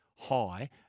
High